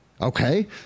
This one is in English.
Okay